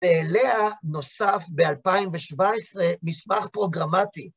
ואליה נוסף ב-2017 מסמך פרוגרמטי.